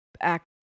act